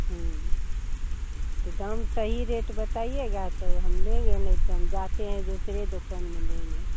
तो दाम सही रेट बताइएगा तो हम लेंगे नहीं तो हम जाते हैं दूसरे दुकान में लेंगे